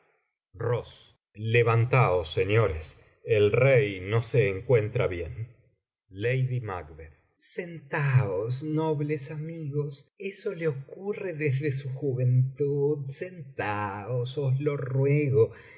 cabellera levantaos señores el rey no se encuentra bien sentaos nobles amigos eso le ocurre desde su juventud sentaos os lo ruego